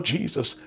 Jesus